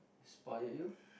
inspired you